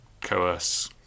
coerce